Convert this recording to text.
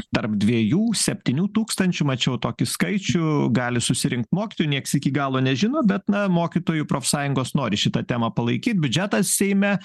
tarp dviejų septynių tūkstančių mačiau tokį skaičių gali susirinkt mokytojų nieks iki galo nežino bet na mokytojų profsąjungos nori šitą temą palaikyt biudžetą seime